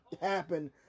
happen